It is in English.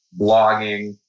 blogging